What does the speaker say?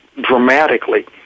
dramatically